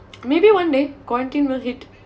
maybe one day quarantine will hit